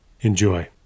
Enjoy